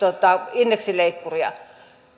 indeksileikkuria